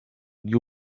new